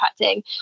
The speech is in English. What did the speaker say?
impacting